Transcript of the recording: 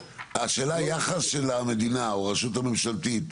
השאלה, היחס של המדינה או הרשות הממשלתית,